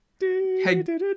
Hey